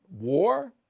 war